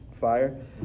Fire